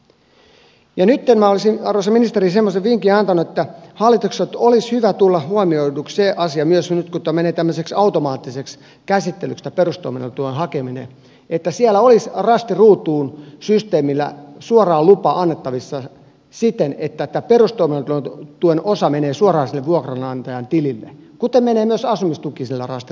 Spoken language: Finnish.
ja nytten minä olisin arvoisa ministeri semmoisen vinkin antanut hallitukselle että olisi hyvä tulla huomioiduksi se asia myös nyt kun tämä menee tämmöiseksi automaattiseksi käsittelyksi tämä perustoimeentulotuen hakeminen että siellä olisi rasti ruutuun systeemillä suoraan lupa annettavissa siten että tämä perustoimeentulotuen osa menee suoraan sille vuokranantajan tilille kuten menee myös asumistuki sillä rasti ruutuun systeemillä